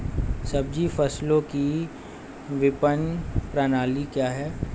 सब्जी फसलों की विपणन प्रणाली क्या है?